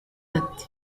ati